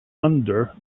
under